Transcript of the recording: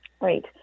Right